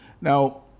Now